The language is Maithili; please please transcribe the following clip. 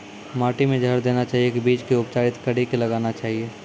माटी मे जहर देना चाहिए की बीज के उपचारित कड़ी के लगाना चाहिए?